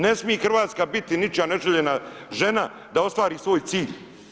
Ne smije Hrvatska biti ničija neželjena žena da ostvari svoj cilj.